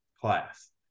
class